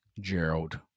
Gerald